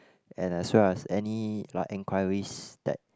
and as well as any like enquiries that